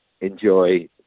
enjoy